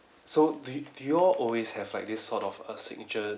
so do you do you all always have like this sort of a signature